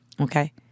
okay